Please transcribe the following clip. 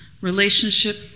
relationship